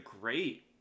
great